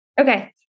Okay